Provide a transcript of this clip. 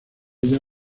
ella